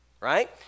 right